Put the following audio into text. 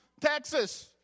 Texas